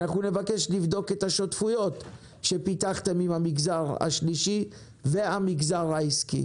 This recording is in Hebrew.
אנחנו נבקש לבדוק את השותפויות שפיתחתם עם המגזר השלישי והמגזר העסקי.